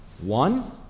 One